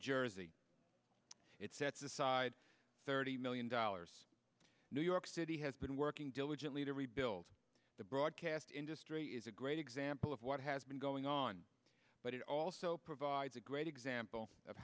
jersey it sets aside thirty million dollars new york city has been working diligently to rebuild the broadcast industry is a great example of what has been going on but it also provides a great example of